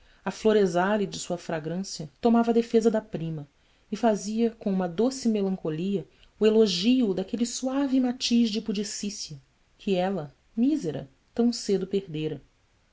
a flor exale da sua fragrância tomava a defesa da prima e fazia com uma doce melancolia o elogio daquele suave matiz de pudicícia que ela mísera tão cedo perdera